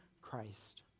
Christ